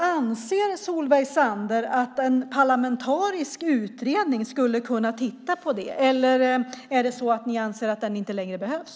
Anser Solveig Zander att en parlamentarisk utredning skulle kunna titta på det? Eller anser ni att den inte längre behövs?